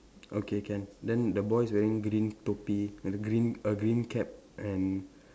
okay can then the boy's wearing green thoppi and a green a green cap and